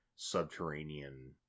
subterranean